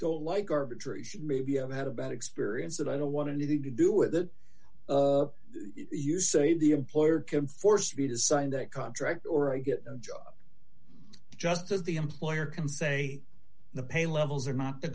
don't like arbitration maybe i've had a bad experience that i don't want anything to do with it you say the employer can force me to sign that contract or i get a job just as the employer can say the pay levels are not t